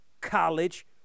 college